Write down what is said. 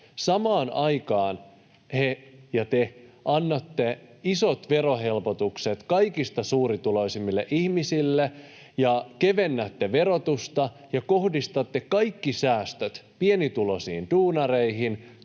Samaan aikaan te annatte isot verohelpotukset kaikista suurituloisimmille ihmisille, kevennätte verotusta ja kohdistatte kaikki säästöt pienituloisiin duunareihin,